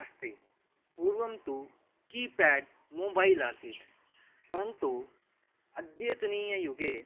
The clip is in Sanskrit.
अस्ति पूर्वं तु कीपेड् मोबैल् आसीत् परन्तु अद्यतनीययुगे